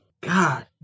God